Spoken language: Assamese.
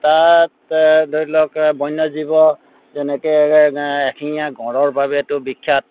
তাত ধৰি লওক বন্য জীৱ যেনেকৈ এশিঙীয়া গঁড়ৰ বাবেতো বিখ্যাত